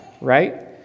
right